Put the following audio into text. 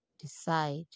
decide